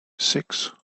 six